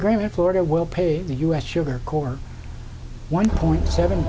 agreement florida will pay the us sugar court one point seven